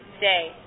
Day